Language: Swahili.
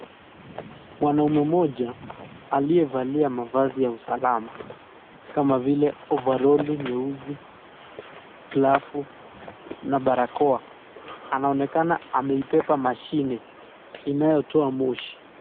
Mwanaume mmoja aliyevalia mavazi ya usalama kama vile ovaroli nyeusi, glavu na barakoa, anaonekana ameibeba mashine inayotoa moshi.